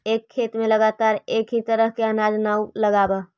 एक खेत में लगातार एक ही तरह के अनाज न लगावऽ